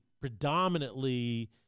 predominantly